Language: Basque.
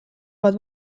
bat